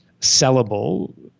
sellable